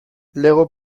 lego